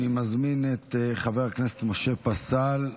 אני מזמין את חבר הכנסת משה פסל,